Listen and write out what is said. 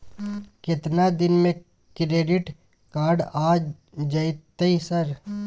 केतना दिन में क्रेडिट कार्ड आ जेतै सर?